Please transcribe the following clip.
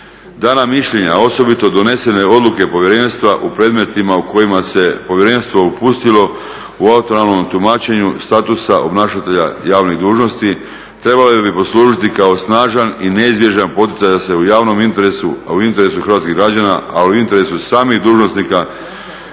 Dana mišljenja a osobito donesene odluke povjerenstva u predmetima u kojima se povjerenstvo upustilo u autonomnom tumačenju statusa obnašatelja javnih dužnosti trebalo bi poslužiti kao snažan i neizbježan poticaj da se u javnom interesu a u interesu hrvatskih građana, a u interesu samih dužnosnika